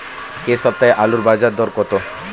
এ সপ্তাহে আলুর বাজার দর কত?